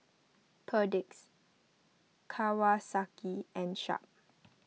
Perdix Kawasaki and Sharp